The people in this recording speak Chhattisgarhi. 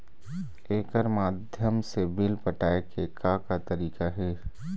एकर माध्यम से बिल पटाए के का का तरीका हे?